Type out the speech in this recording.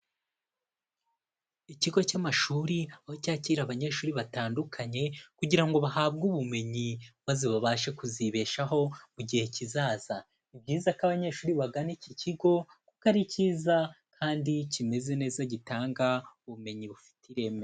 Ikigo cy'amashuri, aho cyakira abanyeshuri batandukanye, kugira ngo bahabwe ubumenyi, maze babashe kuzibeshaho, mu gihe kizaza. Ni byiza ko abanyeshuri bagana iki kigo, kuko ari cyiza, kandi kimeze neza gitanga ubumenyi bufite ireme.